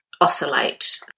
oscillate